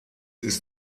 ist